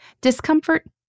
Discomfort